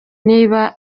niba